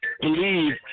believe